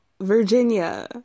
Virginia